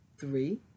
three